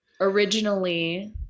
Originally